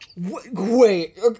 Wait